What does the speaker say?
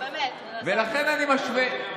ולכן אני משווה.